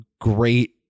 great